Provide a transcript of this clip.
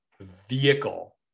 vehicle